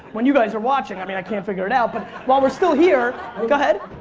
when you guys are watching, i mean i can't figure it out but while we're still, here go ahead.